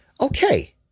Okay